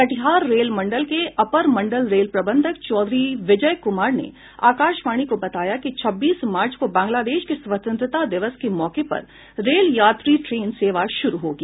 Katihar rail मंडल के अपर मंडल रेल प्रबंधक चौधरी विजय कुमार ने आकाशवाणी को बताया कि छब्बीस मार्च को बांग्लादेश के स्वतंत्रता दिवस के मौके पर रेल यात्री ट्रेन सेवा शुरू होगी